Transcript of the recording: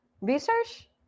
research